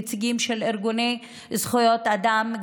נציגים של ארגוני זכויות אדם,